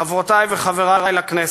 חברותי וחברי לכנסת,